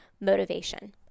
motivation